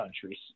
countries